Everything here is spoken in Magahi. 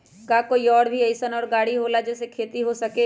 का कोई और भी अइसन और गाड़ी होला जे से खेती हो सके?